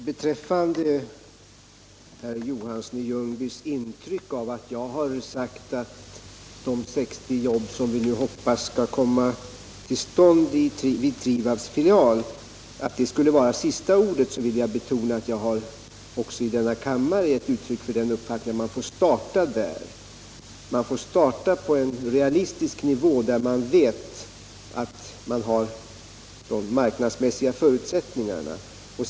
Herr talman! Herr Johansson i Ljungby hade det intrycket att jag har sagt att de 60 jobb som vi nu hoppas skall beredas vid Trivabs filial skulle vara sista ordet. Jag vill betona att jag också i denna kammare har givit uttryck för uppfattningen att man får starta där. Man får starta på en realistisk nivå där vi vet att de marknadsmässiga förutsättningarna finns.